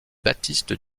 baptiste